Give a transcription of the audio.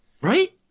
Right